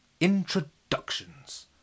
Introductions